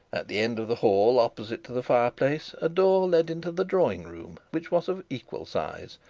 at the end of the hall opposite to the fire-place a door led into the drawing-room, which was of equal size,